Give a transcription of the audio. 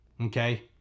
okay